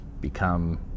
become